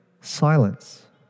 silence